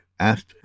asked